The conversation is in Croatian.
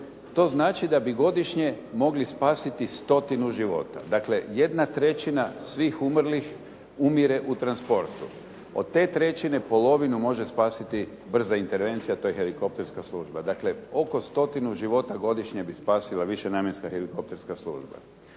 To znači da bi godišnje mogli spasiti 100 života. Dakle jedna trećina svih umrlih umire u transportu. Od te trećine polovinu može spasiti brza intervencija, a to je helikopterska života. Dakle oko 100 života godišnje bi spasila višenamjenska helikopterska služba.